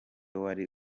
wari